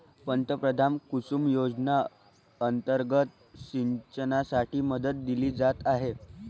पंतप्रधान कुसुम योजना अंतर्गत सिंचनासाठी मदत दिली जात आहे